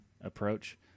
approach